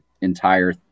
entire